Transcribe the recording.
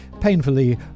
painfully